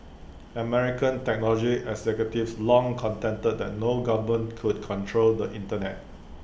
American technology executives long contended that no government could control the Internet